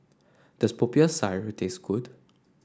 does Popiah Sayur taste good